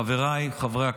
חבריי חברי הכנסת,